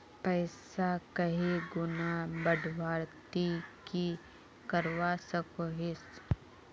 पैसा कहीं गुणा बढ़वार ती की करवा सकोहिस?